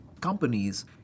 companies